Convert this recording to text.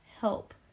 help